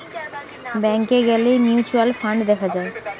ব্যাংকে গ্যালে mutual fund দেখা যায়